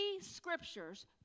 scriptures